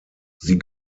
sie